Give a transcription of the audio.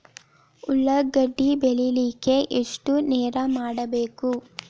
ಉಳ್ಳಾಗಡ್ಡಿ ಬೆಳಿಲಿಕ್ಕೆ ಎಷ್ಟು ನೇರ ಕೊಡಬೇಕು?